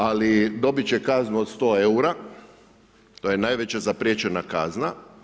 Ali, dobit će kaznu od 100 eura, to je najveća zapriječena kazna.